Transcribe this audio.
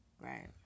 Right